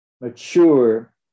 mature